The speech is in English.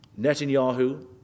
Netanyahu